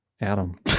Adam